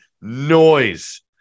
noise